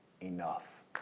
enough